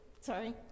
Sorry